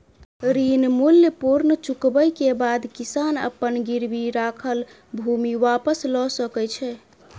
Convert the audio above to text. ऋण मूल्य पूर्ण चुकबै के बाद किसान अपन गिरवी राखल भूमि वापस लअ सकै छै